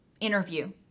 interview